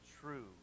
true